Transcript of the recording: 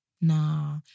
Nah